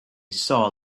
saw